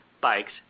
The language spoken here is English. bikes